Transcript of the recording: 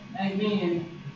Amen